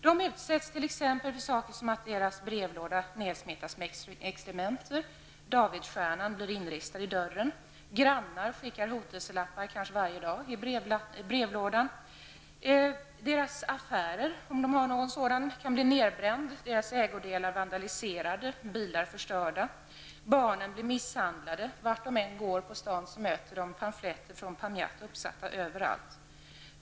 De utsätts t.ex. för att deras brevlådor smetas ned med exkrementer, att Davidsstjärnan blir inristad i dörren, att grannar nästan varje dag lägger ned hotelselappar i brevlådan, att deras affärer blir nedbrända och deras ägodelar vandaliserade. Deras bilar blir förstörda, och barnen blir misshandlade. Vart de än går på staden möter de pamfletter från pamjat uppsatta överallt.